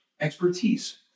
expertise